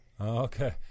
Okay